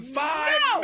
five